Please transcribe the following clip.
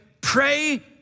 pray